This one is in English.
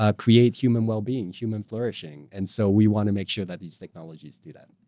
ah create human well-being, human flourishing, and so we wanna make sure that these technologies do that.